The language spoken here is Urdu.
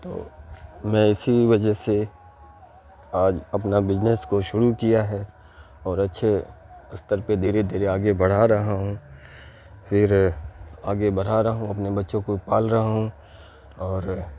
تو میں اسی وجہ سے آج اپنا بزنس کو شروع کیا ہے اور اچھے استر پہ دھیرے دھیرے آگے بڑھا رہا ہوں پھر آگے بڑھا رہا ہوں اپنے بچوں کو پال رہا ہوں اور